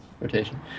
rotation